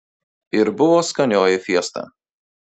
ir buvo skanioji fiesta